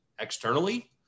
externally